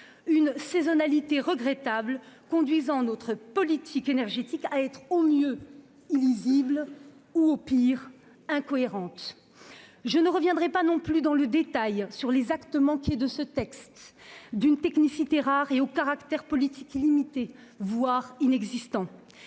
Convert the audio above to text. Cette saisonnalité regrettable conduit notre politique énergétique à être au mieux illisible, au pire incohérente. Je ne reviendrai pas non plus dans le détail sur les actes manqués de ce texte, d'une technicité rare et au caractère politique limité, voire inexistant.